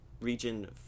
region